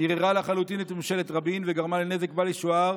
"ערערה לחלוטין את ממשלת רבין וגרמה נזק בל ישוער